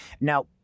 Now